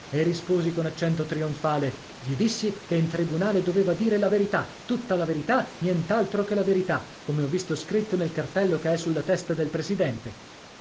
e risposi con accento trionfale gli dissi che in tribunale doveva dire la verità tutta la verità nient'altro che la verità come ho visto scritto nel cartello che è sulla testa del presidente